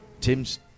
Tim's